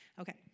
Okay